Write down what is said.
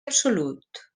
absolut